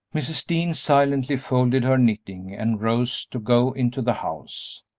mrs. dean silently folded her knitting and rose to go into the house.